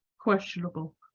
questionable